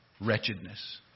wretchedness